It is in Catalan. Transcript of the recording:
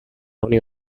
unió